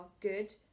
good